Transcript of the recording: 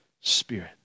Spirit